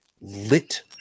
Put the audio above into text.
lit